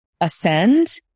ascend